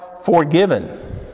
forgiven